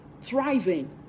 thriving